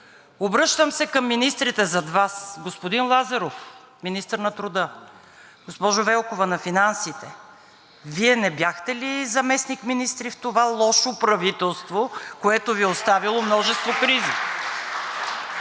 Обръщам се към министрите зад Вас: господин Лазаров – министър на труда, госпожо Велкова – министър на финансите, Вие не бяхте ли заместник-министри в това лошо правителство, което Ви е оставило множество кризи?!